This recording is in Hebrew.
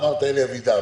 אמרת אלי אבידר.